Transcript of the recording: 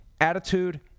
attitude